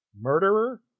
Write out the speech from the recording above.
Murderer